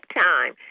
time